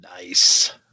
Nice